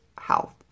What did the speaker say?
health